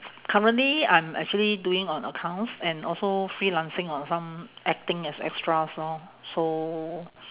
currently I'm actually doing on accounts and also freelancing on some acting as extras lor so